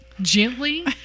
gently